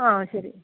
ആ ശരി